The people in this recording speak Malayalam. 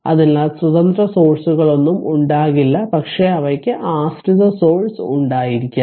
അതിനാൽ സ്വതന്ത്ര സ്രോതസ്സുകളൊന്നും ഉണ്ടാകില്ല പക്ഷേ അവയ്ക്ക് ആശ്രിത സോഴ്സ് ഉണ്ടായിരിക്കാം